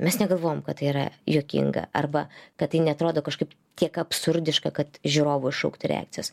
mes negalvojom kad tai yra juokinga arba kad tai neatrodo kažkaip tiek absurdiška kad žiūrovui iššaukti reakcijas